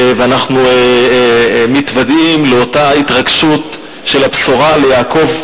ואנחנו מתוודעים לאותה התרגשות של הבשורה ליעקב,